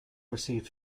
received